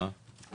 מה עם התחולה?